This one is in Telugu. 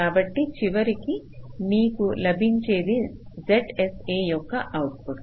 కాబట్టి చివరికి మీకు లభించేది ZSA యొక్క అవుట్పుట్